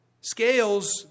Scales